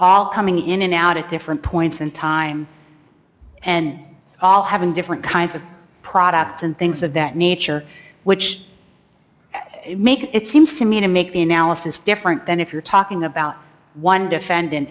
all coming in and out at different points in time and all having different kinds of products and things of that nature which makes it seems to me to make the analysis different than if you're talking about one defendant